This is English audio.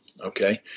Okay